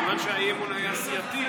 כיוון שהאי-אמון היה סיעתי,